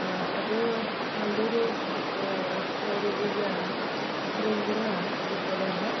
അതു നല്ലൊരു സ്റ്റോറി കൂടിയാണ് ത്രില്ലിങ്ങാണ് അതുപോലെ തന്നെ